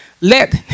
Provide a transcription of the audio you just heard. Let